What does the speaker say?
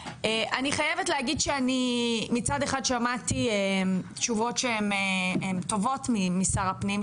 אני חייבת להגיד שאני מצד אחד שמעתי תשובות שהן טובות משר הפנים,